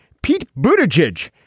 pete bhuta jej,